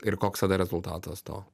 ir koks tada rezultatas to